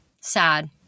Sad